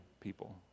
people